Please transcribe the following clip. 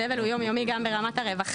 הסבל הוא יום יומי גם ברמת הרווחה,